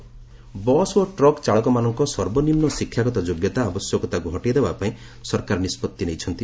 ଗଭ୍ driver bus ଓ truck ଚାଳକମାନଙ୍କ ସର୍ବନିମ୍ନ ଶିକ୍ଷାଗତ ଯୋଗ୍ୟତା ଆବଶ୍ୟକତାକୁ ହଟେଇ ଦେବା ପାଇଁ ସରକାର ନିଷ୍ପଭି ନେଇଛନ୍ତି